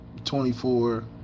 24